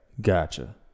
Gotcha